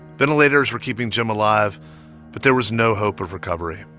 ventilators were keeping jim alive, but there was no hope of recovery.